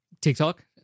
TikTok